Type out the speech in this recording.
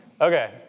Okay